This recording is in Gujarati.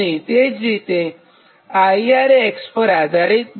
તે જ રીતે IR એ x પર આધારિત નથી